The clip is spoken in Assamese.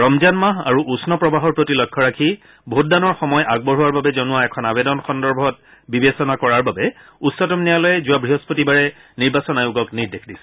ৰমজান মাহ আৰু উষ্ণ প্ৰবাহৰ প্ৰতি লক্ষ্য ৰাখি ভোটদানৰ সময় আগবঢ়োৱাৰ বাবে জনোৱা এখন আৱেদন সন্দৰ্ভত বিবেচনা কৰাৰ বাবে উচ্চতম ন্যায়ালয়ে যোৱা বৃহস্পতিবাৰে নিৰ্বাচন আয়োগক নিৰ্দেশ দিছিল